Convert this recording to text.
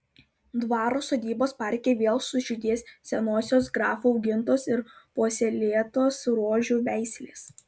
dvaro sodybos parke vėl sužydės senosios grafų augintos ir puoselėtos rožių veislės